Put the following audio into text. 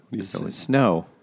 Snow